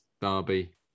Derby